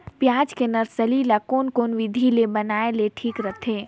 पियाज के नर्सरी ला कोन कोन विधि ले बनाय ले ठीक रथे?